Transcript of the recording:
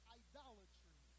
idolatry